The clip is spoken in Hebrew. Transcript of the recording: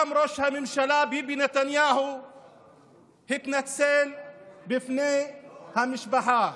גם ראש הממשלה ביבי נתניהו התנצל בפני המשפחה.